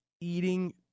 eating